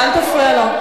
אל תפריע לו.